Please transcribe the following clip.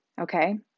Okay